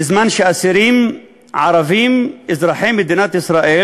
בזמן שאסירים ערבים אזרחי מדינת ישראל